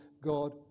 God